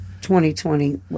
2020